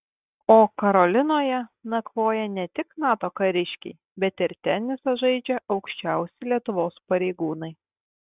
o karolinoje nakvoja ne tik nato kariškiai bet ir tenisą žaidžia aukščiausi lietuvos pareigūnai